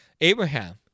Abraham